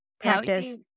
practice